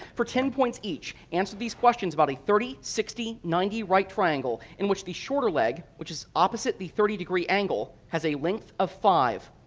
for ten points each answer these questions about a thirty sixty ninety right triangle in which the shorter leg, which is opposite the thirty degree angle, has a length of five